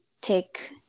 take